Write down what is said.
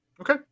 Okay